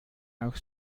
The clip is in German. auch